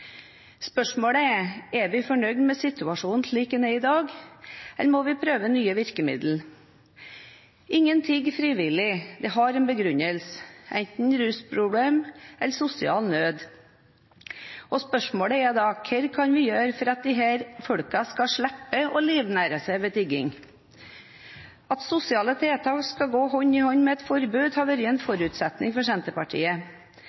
Spørsmålet er: Er vi førnøyd med situasjonen, slik den er i dag, eller må vi prøve nye virkemidler? Ingen tigger frivillig. Det har en begrunnelse, enten det er rusproblemer eller sosial nød. Spørsmålet er da: Hva kan vi gjøre for at disse folkene skal slippe å livnære seg ved tigging? At sosiale tiltak skal gå hånd i hånd med et forbud, har vært en